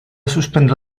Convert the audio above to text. suspendre